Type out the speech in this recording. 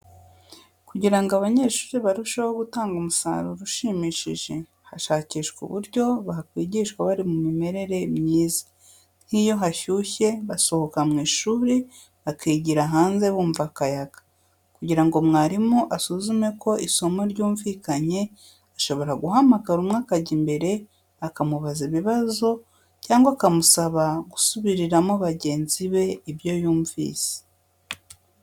Kugira ngo abanyeshuri barusheho gutanga umusaruro ushimishije, hashakishwa uburyo bakwigishwa bari mu mimerere myiza, nk'iyo hashyushye basohoka mu ishuri bakigira hanze bumva akayaga. Kugira ngo mwarimu asuzume ko isomo ryumvikanye, ashobora guhamagara umwe akajya imbere akamubaza ibibazo cyangwa akamusaba gusubiriramo bagenzi be ibyo yumvise.